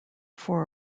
four